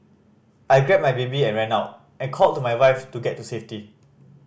I grabbed my baby and ran out and called to my wife to get to safety